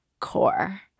Core